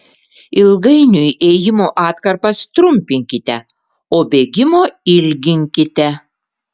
ilgainiui ėjimo atkarpas trumpinkite o bėgimo ilginkite